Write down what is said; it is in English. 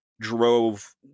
drove